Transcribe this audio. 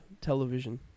television